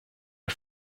are